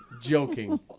Joking